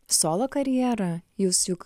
solo karjerą jūs juk